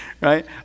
right